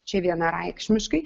čia vienareikšmiškai